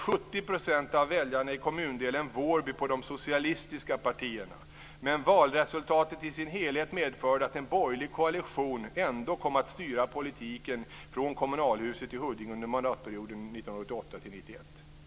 Vid valet Vårby på de socialistiska partierna, men valresultatet i sin helhet medförde att en borgerlig koalition ändå kom att styra politiken från kommunalhuset i Huddinge under mandatperioden 1988-1991.